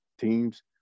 teams